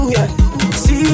See